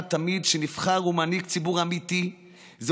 ולדעת תמיד שנבחר ומנהיג ציבור אמיתי הוא זה